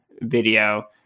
video